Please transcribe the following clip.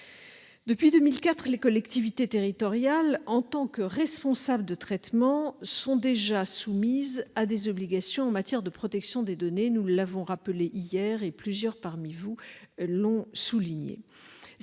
Depuis 2004, les collectivités territoriales sont, en tant que responsables de traitement, déjà soumises à des obligations en matière de protection des données. Nous l'avons rappelé hier, et plusieurs d'entre vous l'ont souligné.